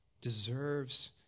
deserves